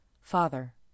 Father